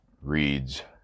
Reads